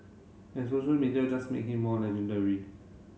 and social media just make him more legendary